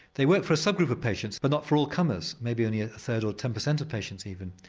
they work for a sub-group of patients, but not for all comers, maybe only ah a third or ten percent of patients even.